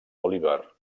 bolívar